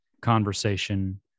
conversation